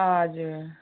हजुर